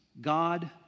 God